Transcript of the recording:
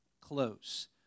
close